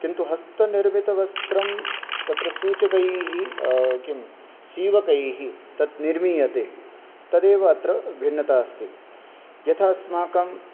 किन्तु हस्तनिर्मितवस्त्रं तत्र सूचकैः किं सीवकैः तद् निर्मीयते तदेव अत्र भिन्नता अस्ति यथा अस्माकं